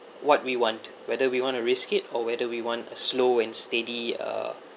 what we want whether we want to risk it or whether we want a slow and steady uh